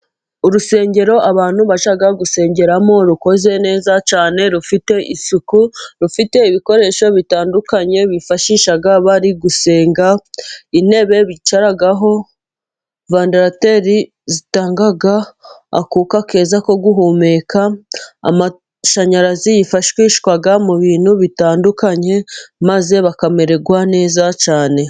Urusengero abantu bajya gusengeramo rukoze neza cyane rufite isuku, rufite ibikoresho bitandukanye bifashisha bari gusenga, intebe bicaraho, vandarateri zitanga akuka keza ko guhumeka, amashyanyarazi yifashishwa mu bintu bitandukanye maze bakamererwa neza cyane.